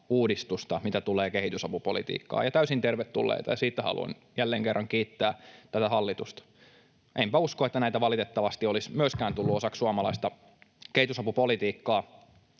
uudistusta, mitä tulee kehitysapupolitiikkaan, ja täysin tervetulleita, ja siitä haluan jälleen kerran kiittää tätä hallitusta. Enpä usko, että näitä valitettavasti olisi myöskään tullut osaksi suomalaista kehitysapupolitiikkaa,